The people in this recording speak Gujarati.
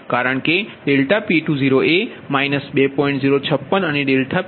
કારણ કે ∆P20 એ 2